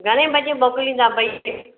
घणे बजे मोकलींदा भई